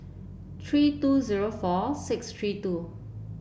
three two zero four six three two